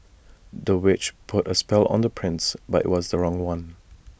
the witch put A spell on the prince but IT was the wrong one